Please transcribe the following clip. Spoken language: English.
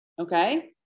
okay